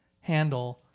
handle